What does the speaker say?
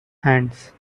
hands